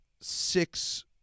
six